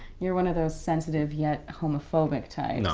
you're one of those sensitive yet homophobic types. no.